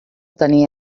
tenir